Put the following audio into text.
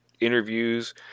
interviews